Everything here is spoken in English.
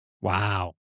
Wow